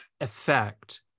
effect